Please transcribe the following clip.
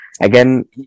Again